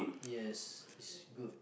yes it's good